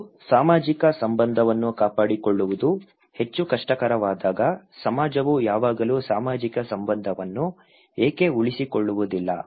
ಮತ್ತು ಸಾಮಾಜಿಕ ಸಂಬಂಧವನ್ನು ಕಾಪಾಡಿಕೊಳ್ಳುವುದು ಹೆಚ್ಚು ಕಷ್ಟಕರವಾದಾಗ ಸಮಾಜವು ಯಾವಾಗಲೂ ಸಾಮಾಜಿಕ ಸಂಬಂಧವನ್ನು ಏಕೆ ಉಳಿಸಿಕೊಳ್ಳುವುದಿಲ್ಲ